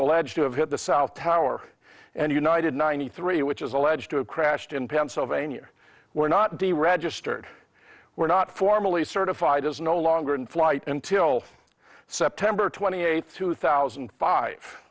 alleged to have hit the south tower and united ninety three which is alleged to have crashed in pennsylvania were not deregistered were not formally certified as no longer in flight until september twenty eighth two thousand